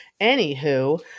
anywho